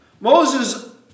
Moses